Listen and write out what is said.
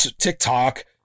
TikTok